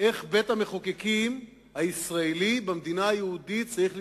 איך בית-המחוקקים הישראלי במדינה היהודית צריך להתנהג.